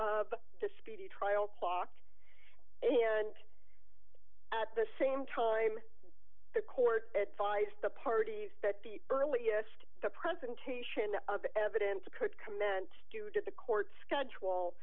speedy trial clock and at the same time the court advised the parties that the earliest the presentation of evidence could commence due to the court's schedule